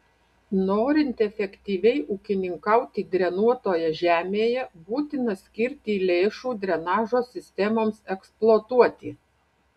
norint efektyviai ūkininkauti drenuotoje žemėje būtina skirti lėšų drenažo sistemoms eksploatuoti